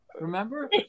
Remember